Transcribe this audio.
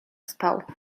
spał